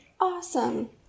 Awesome